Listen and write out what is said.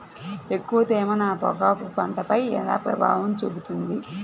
ఎక్కువ తేమ నా పొగాకు పంటపై ఎలా ప్రభావం చూపుతుంది?